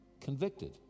Convicted